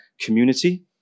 community